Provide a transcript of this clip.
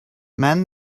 men